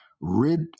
rid